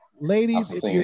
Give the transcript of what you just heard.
Ladies